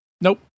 nope